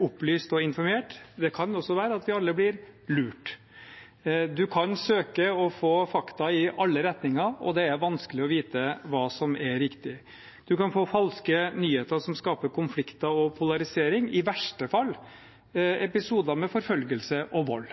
opplyst og informert. Det kan også være at vi alle blir lurt. Man kan søke og få fakta i alle retninger, og det er vanskelig å vite hva som er riktig. Man kan få falske nyheter som skaper konflikter og polarisering, i verste fall episoder med forfølgelse og vold.